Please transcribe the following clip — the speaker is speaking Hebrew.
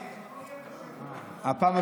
הפעם,